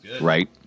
Right